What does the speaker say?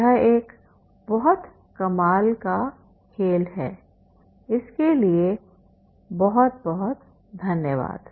यह एक बहुत कमाल का खेल है इसके लिए बहुत बहुत धन्यवाद